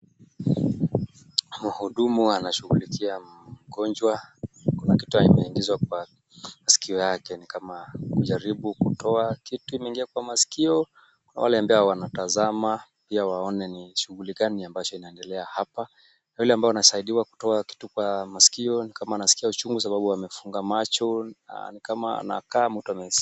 Wahudumu wanashughulikia mgonjwa, kuna kitu kimeingizwa kwa maskio lake ni kama kujaribu kutoa kitu kimeingia kwa maskio kwa wale ambao wanatazama pia waone ni shughuli gani ambayo inaendelea hapa na yule ambaye anasaidiwa kutoa kitu kwa maskio ni kama anaskia uchungu sababu amefunga macho na ni kama anakaa mtu ame...